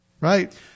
Right